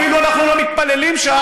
אנחנו אפילו לא מתפללים שם,